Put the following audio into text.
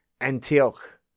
Antioch